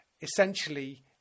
essentially